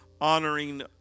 honoring